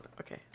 okay